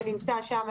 שנמצא שם,